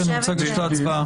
אני רוצה לצאת להצבעה.